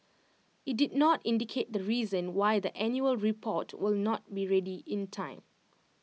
IT did not indicate the reason why the annual report will not be ready in time